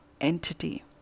entity